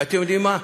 ואתם יודעים מה?